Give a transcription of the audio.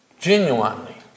genuinely